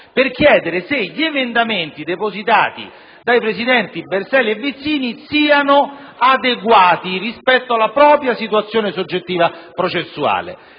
per chiedere se gli emendamenti depositati dai presidenti Berselli e Vizzini siano adeguati rispetto alla propria situazione processuale